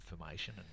information